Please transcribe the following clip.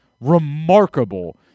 remarkable